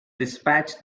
dispatched